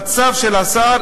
בצו של השר,